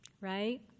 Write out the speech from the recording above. Right